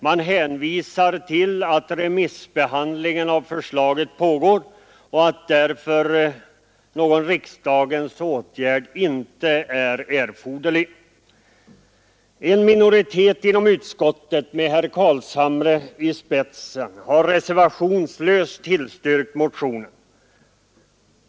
Man hänvisar till att remissbehandlingen av förslaget pågår och att därför någon riksdagens åtgärd inte är erforderlig. En minoritet inom utskottet, med herr Carlshamre i spetsen, har förebehållslöst tillstyrkt motionen.